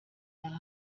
der